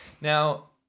Now